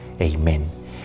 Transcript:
Amen